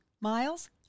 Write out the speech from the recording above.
miles